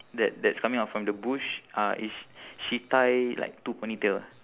that that's coming out from the bush uh is sh~ she tie like two ponytail ah